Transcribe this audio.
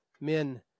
men